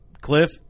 Cliff